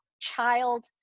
child